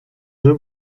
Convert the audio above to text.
deux